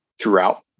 throughout